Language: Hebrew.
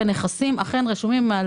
ונכסים אכן רשומים על